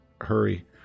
hurry